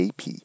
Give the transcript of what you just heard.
AP